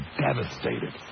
devastated